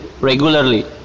regularly